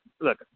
look